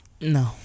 No